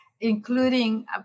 including